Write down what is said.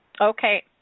Okay